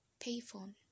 Payphone